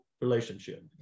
relationship